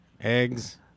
Eggs